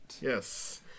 Yes